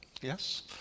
yes